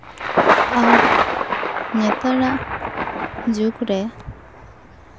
ᱟᱨ ᱱᱮᱛᱟᱨᱟᱜ ᱡᱩᱜᱽᱨᱮ